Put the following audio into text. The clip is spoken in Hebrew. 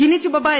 גיניתי בבית,